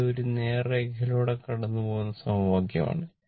ഇത് ഒരു നേർരേഖയിലൂടെ കടന്നുപോകുന്ന സമവാക്യമാണ്